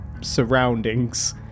surroundings